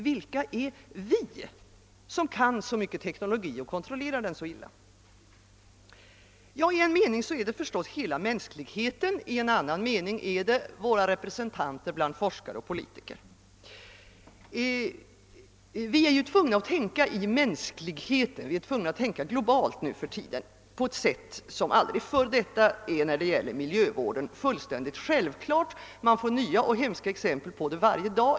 Vilka är »vi«, som kan så mycket teknologi och kontrollerar den så illa? Ja, i en mening är det förstås hela mänskligheten. I en annan mening är det våra representanter bland forskare och politiker. Vi är tvungna att tänka globalt nu för tiden på ett sätt som aldrig förr. Detta är vad beträffar miljövården fullständigt självklart. Man får nya och hemska exempel på det varje dag.